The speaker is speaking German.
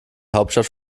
hauptstadt